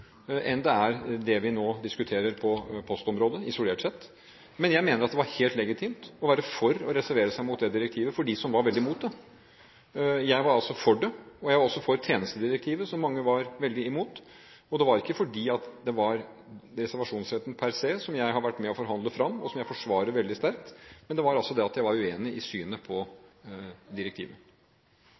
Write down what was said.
enn de er når det gjelder det vi nå diskuterer på postområdet isolert sett. Men jeg mener at det var helt legitimt å være for å reservere seg mot det direktivet for dem som var veldig mot det. Jeg var altså for det. Jeg var også for tjenestedirektivet, som mange var veldig imot. Det var ikke på grunn av reservasjonsretten per se, som jeg har vært med å forhandle fram, og som jeg forsvarer veldig sterkt, men det var altså det at jeg var uenig i synet på direktivet.